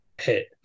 hit